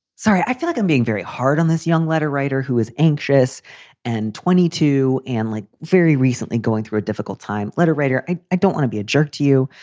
sorry i feel like i'm being very hard on this young letter writer who is anxious and twenty two and like very recently going through a difficult time. letter writer. i don't wanna be a jerk to you.